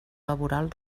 laboral